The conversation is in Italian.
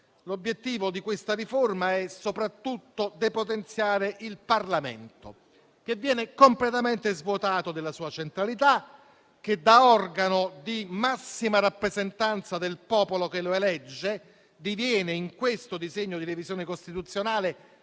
L'obiettivo di questa riforma è soprattutto quello di depotenziare il Parlamento, che viene completamente svuotato della sua centralità e che, da organo di massima rappresentanza del popolo che lo elegge, diviene in questo disegno di revisione costituzionale